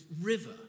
river